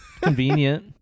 convenient